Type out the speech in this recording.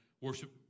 worship